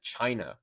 China